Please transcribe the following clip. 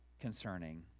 concerning